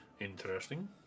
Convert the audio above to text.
Interesting